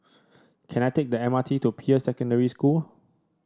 can I take the M R T to Peirce Secondary School